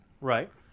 Right